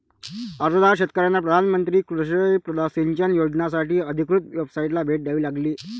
अर्जदार शेतकऱ्यांना पंतप्रधान कृषी सिंचन योजनासाठी अधिकृत वेबसाइटला भेट द्यावी लागेल